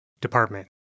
department